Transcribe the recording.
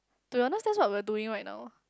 do you understand what we are doing right now